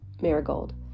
Marigold